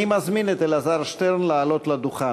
אני מזמין את אלעזר שטרן לעלות לדוכן.